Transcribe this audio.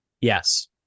Yes